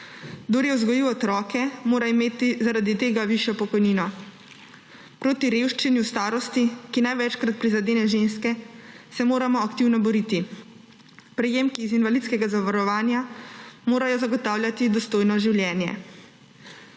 Kdor je vzgojil otroke, mora imeti zaradi tega višjo pokojnino. Proti revščini v starosti ki največkrat prizadene ženske, se moramo aktivno boriti. Prejemki iz invalidskega zavarovanja morajo zagotavljati dostojno življenje.